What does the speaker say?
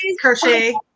crochet